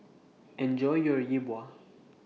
Enjoy your Yi Bua